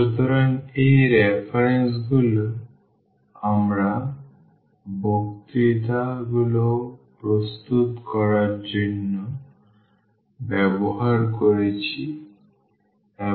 সুতরাং এই রেফারেন্সগুলি আমরা বক্তৃতা গুলো প্রস্তুত করার জন্য ব্যবহার করেছি এবং